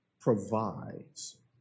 provides